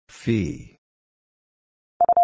fee